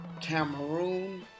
Cameroon